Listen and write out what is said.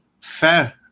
fair